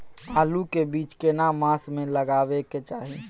आलू के बीज केना मास में लगाबै के चाही?